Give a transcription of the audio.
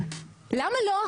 למה לא?